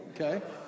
okay